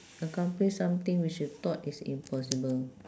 accomplish something which you thought is impossible